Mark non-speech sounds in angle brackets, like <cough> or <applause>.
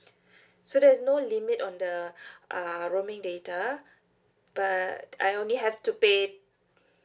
so there's no limit on the <breath> uh roaming data but I only have to pay